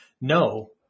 No